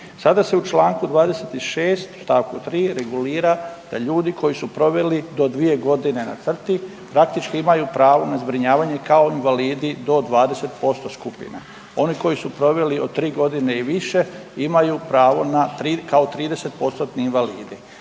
Sada se u članku 26. stavku 3. regulira da ljudi koji su proveli do 2 godine na crti praktički imaju pravo na zbrinjavanje kao invalidi do 20% skupine. Oni koji su proveli od 3 godine i više imaju pravo na kao 30% invalidi.